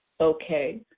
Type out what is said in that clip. Okay